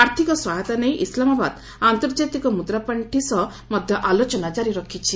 ଆର୍ଥକ ସହାୟତା ନେଇ ଇସ୍ଲାମାବାଦ୍ ଆର୍ନ୍ତଜାତିକ ମୁଦ୍ରା ପାଣ୍ଠି ସହ ମଧ୍ୟ ଆଲୋଚନା ଜାରି ରଖିଛି